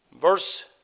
Verse